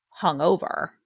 hungover